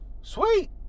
sweet